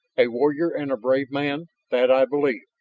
a warrior and a brave man, that i believe.